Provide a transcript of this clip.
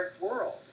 world